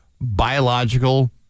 biological